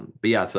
but yeah,